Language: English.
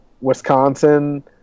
Wisconsin